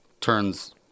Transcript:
turns—